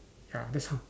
ya that's h~